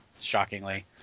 shockingly